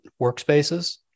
workspaces